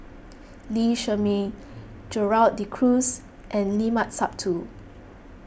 Lee Shermay Gerald De Cruz and Limat Sabtu